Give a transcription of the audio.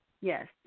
Yes